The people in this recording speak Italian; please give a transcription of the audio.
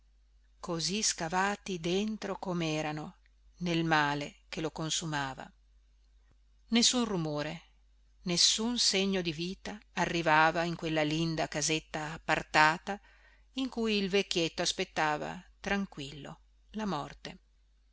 così scavati dentro come erano nel male che lo consumava nessun rumore nessun segno di vita arrivava in quella linda casetta appartata in cui il vecchietto aspettava tranquillo la morte